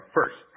first